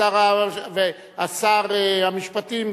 שר המשפטים,